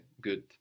Good